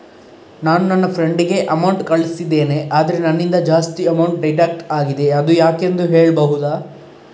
ನಾನು ನನ್ನ ಫ್ರೆಂಡ್ ಗೆ ಅಮೌಂಟ್ ಕಳ್ಸಿದ್ದೇನೆ ಆದ್ರೆ ನನ್ನಿಂದ ಜಾಸ್ತಿ ಅಮೌಂಟ್ ಡಿಡಕ್ಟ್ ಆಗಿದೆ ಅದು ಯಾಕೆಂದು ಹೇಳ್ಬಹುದಾ?